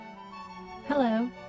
Hello